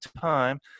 time